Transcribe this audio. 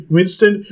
Winston